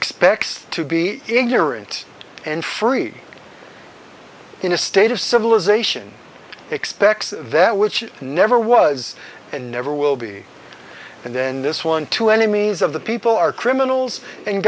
expects to be ignorant and free in a state of civilization expects that which never was and never will be and then this one to enemies of the people are criminals and